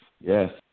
Yes